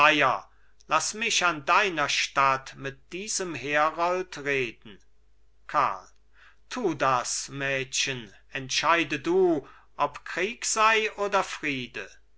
laß mich an deiner statt mit diesem herold reden karl tu das mädchen entscheide du ob krieg sei oder friede